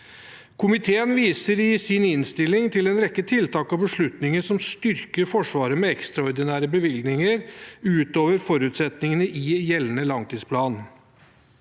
Komiteen viser i sin innstilling til en rekke tiltak og beslutninger som styrker Forsvaret med ekstraordinære bevilgninger utover forutsetningene i gjeldende langtidsplan.